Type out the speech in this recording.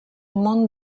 món